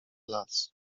las